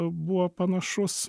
buvo panašus